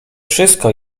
wszystko